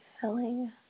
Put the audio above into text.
filling